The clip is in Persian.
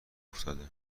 افتاده